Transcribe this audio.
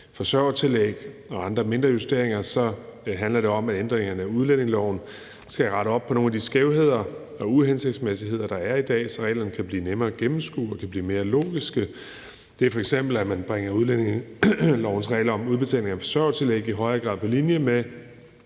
forsørgertillæg og andre mindre justeringer, kan jeg bare sige, at det handler om, at ændringerne af udlændingeloven skal rette op på nogle af de skævheder og uhensigtsmæssigheder, der er i dag, så reglerne kan blive nemmere at gennemskue og kan blive mere logiske. Det handlerf.eks. om, at man i højere grad bringer udlændingelovens regler om udbetaling af forsørgertillæg på linje med